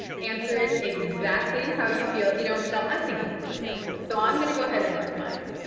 answer it exactly how you feel. you know, michelle, i think you were pretty excellent. so i'm gonna go ahead and mark mine.